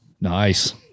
Nice